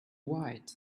white